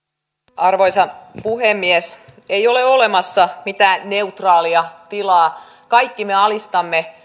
arvoisa puhemies ei ole olemassa mitään neutraalia tilaa kaikki me alistamme